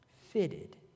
fitted